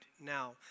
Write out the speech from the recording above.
now